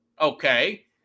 Okay